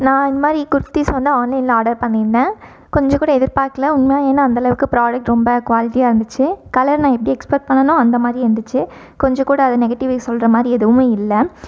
நான் இந்த மாதிரி குர்திஸ் வந்து ஆன்லைனில் ஆடர் பண்ணியிருந்தேன் கொஞ்சம் கூட எதிர் பார்க்கல உண்மையாக ஏன்னால் அந்தளவுக்கு ப்ராடக்ட் ரொம்ப குவாலிட்டியாக இருந்துச்சு கலர் நான் எப்படி எக்ஸ்பக்ட் பண்ணிணனோ அந்த மாதிரி இருந்துச்சு கொஞ்சம் கூட அது நெகட்டிவ் சொல்கிற மாதிரி எதுவுமே இல்லை